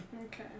okay